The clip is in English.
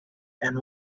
and